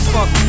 Fuck